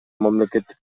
мамлекеттик